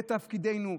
זה תפקידנו,